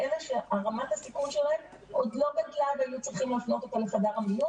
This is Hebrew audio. אלה שרמת הסיכון שלהם עוד לא גדלה והיו צריכים להפנות אותם לחדר המיון.